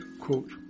quote